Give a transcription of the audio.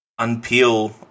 unpeel